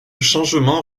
changement